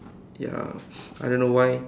ya I don't know why